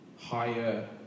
higher